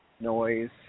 noise